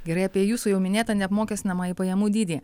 gerai apie jūsų jau minėtą neapmokestinamąjį pajamų dydį